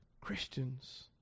Christians